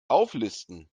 auflisten